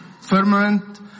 firmament